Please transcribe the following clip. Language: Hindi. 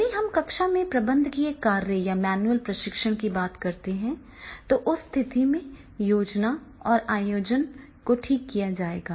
यदि हम कक्षा में प्रबंधकीय कार्य या मैनुअल प्रशिक्षण की बात करते हैं तो उस स्थिति में योजना और आयोजन को ठीक किया जाएगा